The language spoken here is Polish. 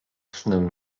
snem